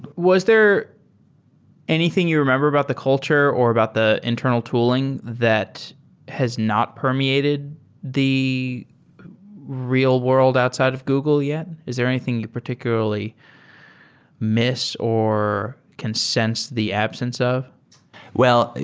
was there anything you remember about the culture or about the internal tooling that has not permeated the real world outside of google yet? is there anything you particularly miss or can sense the absence of? sed